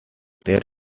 these